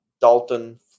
Dalton